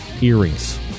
Earrings